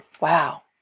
Wow